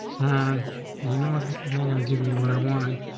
and you know what? this is not going to give me what i wanted.